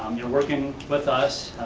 um they're working with us,